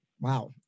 Wow